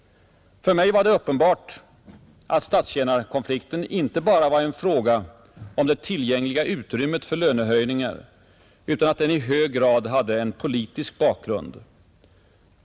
För mig var det uppenbart att statstjänarkonflikten inte bara var en fråga om det tillgängliga utrymmet för lönehöjningar utan att den i hög grad hade en politisk bakgrund.